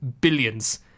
billions